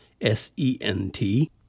S-E-N-T